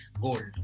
gold